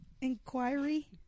inquiry